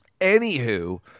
Anywho